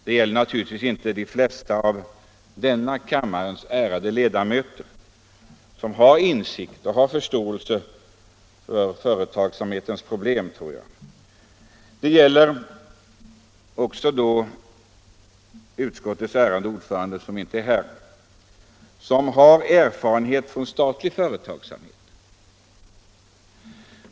Det gäller naturligtvis inte de flesta av denna kammares ärade ledamöter, som har insikt och förståelse för företagsamhetens problem, och det gäller inte utskottets värderade ordförande, som har erfarenhet från statlig företagsamhet.